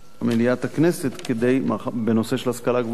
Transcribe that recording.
מליאת הכנסת בנושא של השכלה גבוהה,